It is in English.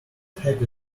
happy